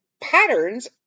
patterns